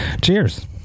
Cheers